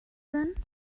then